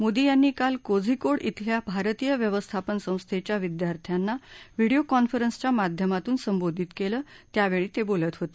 मोदी यांनी काल कोझीकोड ब्रिल्या भारतीय व्यवस्थापन संस्थेच्या विद्यार्थ्याना व्हिडिओ कॉन्फरन्सच्या माध्यमातून संबोधित केलं त्यावेळी ते बोलत होते